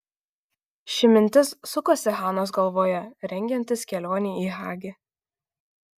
ši mintis sukosi hanos galvoje rengiantis kelionei į hagi